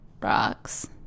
rocks